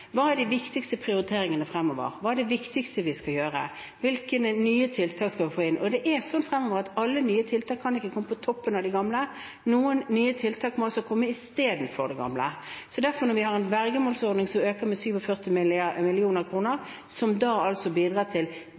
hva som er de viktigste prioriteringene fremover, hva som er det viktigste vi skal gjøre, hvilke nye tiltak vi skal få inn. Det er sånn fremover at alle nye tiltak kan ikke komme på toppen av de gamle, noen nye tiltak må altså komme istedenfor de gamle. Så når vi har en vergemålsordning som øker med 47 mill. kr, som altså bidrar til